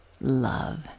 love